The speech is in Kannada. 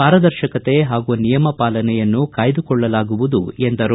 ಪಾರದರ್ಶಕತೆ ಹಾಗೂ ನಿಯಮ ಪಾಲನೆಯನ್ನು ಕಾಯ್ಲಕೊಳ್ಳಲಾಗುವುದು ಎಂದರು